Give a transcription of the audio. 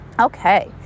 Okay